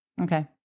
Okay